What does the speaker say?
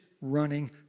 running